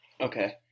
Okay